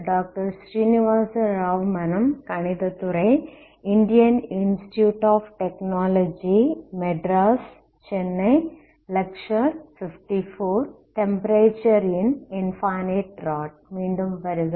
temperature in infinite rod மீண்டும் வருக